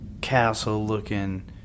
castle-looking